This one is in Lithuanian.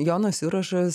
jonas jurašas